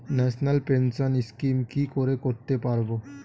National pension scheme কি করে করতে পারব?